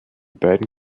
beiden